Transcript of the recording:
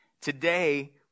Today